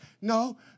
No